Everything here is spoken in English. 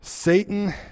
Satan